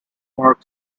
mark